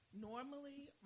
normally